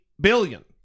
billion